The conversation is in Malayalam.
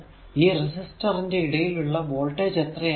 അപ്പോൾ ഈ റെസിസ്റ്റർ ന്റെ ഇടയിൽ ഉള്ള വോൾടേജ് എത്രയാണ്